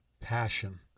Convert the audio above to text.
Passion